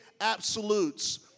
absolutes